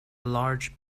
large